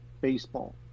baseball